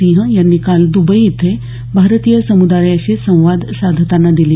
सिंह यांनी काल दबई इथे भारतीय समुदायाशी संवाद साधताना दिली